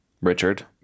Richard